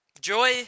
Joy